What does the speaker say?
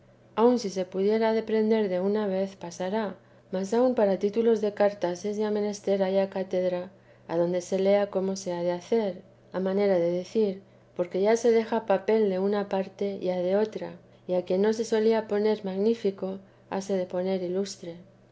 aun si se pudieran aún deprender de una vez pasara mas aun para títulos de cartas es ya menester haya cátedra adonde se lea cómo se ha de hacer a manera de decir porque ya se deja papel de una parte ya de otra y a quien no se solía poner magnífico hase de poner ilustre